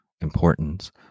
importance